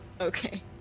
Okay